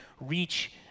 reach